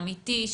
אמיתי,